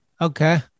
Okay